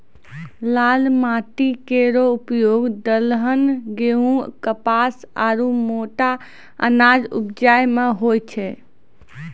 लाल माटी केरो उपयोग दलहन, गेंहू, कपास आरु मोटा अनाज उपजाय म होय छै